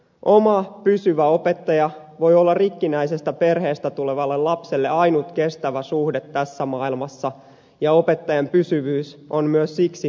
oma pysyvä opettaja voi olla rikkinäisestä perheestä tulevalle lapselle ainut kestävä suhde tässä maailmassa ja opettajan pysyvyys on myös siksi niin tärkeää